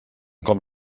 com